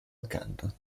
accanto